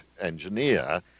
engineer